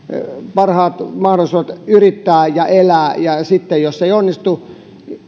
parhaat mahdollisuudet yrittää ja elää ja sitten jos ei onnistu